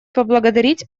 поблагодарить